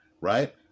right